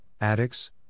addicts